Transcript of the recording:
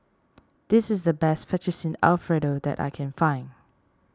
this is the best Fettuccine Alfredo that I can find